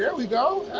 yeah we go!